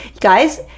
Guys